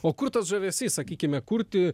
o kur tas žavesys sakykime kurti